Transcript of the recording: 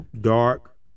dark